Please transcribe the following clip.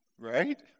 right